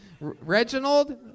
Reginald